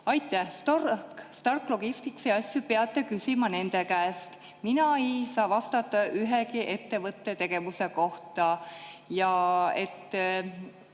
"Aitäh! Stark Logisticsi asju peate küsima nende käest. Mina ei saa vastata ühegi ettevõtte tegevuse kohta. Ja ma